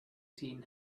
seen